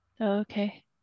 Okay